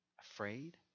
Afraid